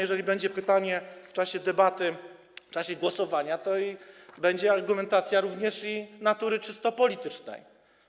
Jeżeli będzie pytanie w czasie debaty, w czasie głosowania, to będzie argumentacja również natury czysto politycznej.